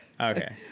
okay